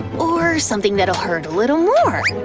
or something that'll hurt a little more.